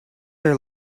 are